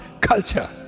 culture